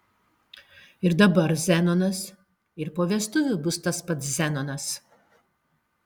ir dabar zenonas ir po vestuvių bus tas pats zenonas